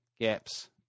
gaps